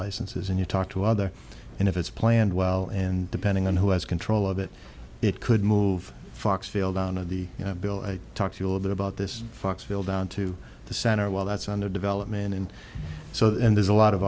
licenses and you talk to other and if it's planned well and depending on who has control of it it could move fox field out of the bill i talked to a little bit about this fox bill down to the center well that's under development and so there's a lot of